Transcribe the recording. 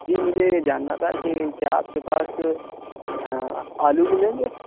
جی مجھے یہ جاننا تھا کہ کیا آپ کے پاس آلو ملیں گے